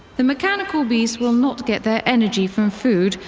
the mechanical beasts will not get their energy from food,